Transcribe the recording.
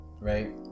right